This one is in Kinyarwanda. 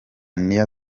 melania